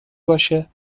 باشه